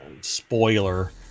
Spoiler